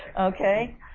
okay